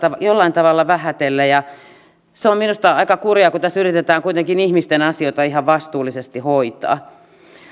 jollain tavalla vähätellä se on minusta aika kurjaa kun tässä yritetään kuitenkin ihmisten asioita ihan vastuullisesti hoitaa